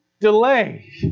delay